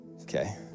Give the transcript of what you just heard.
Okay